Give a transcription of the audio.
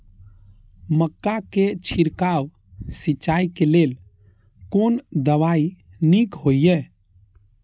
मक्का के छिड़काव सिंचाई के लेल कोन दवाई नीक होय इय?